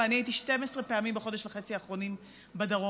ואני הייתי 12 פעמים בחודש וחצי האחרונים בדרום,